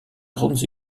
grandes